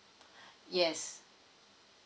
yes